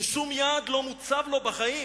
ששום יעד לא מוצב לו בחיים